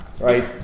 Right